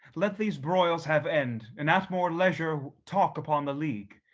let these broils have end, and at more leisure talk upon the league.